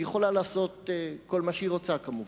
היא יכולה לעשות כל מה שהיא רוצה, כמובן.